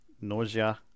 nausea